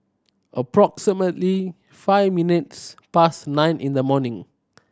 approximately five minutes past nine in the morning